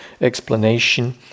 explanation